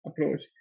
approach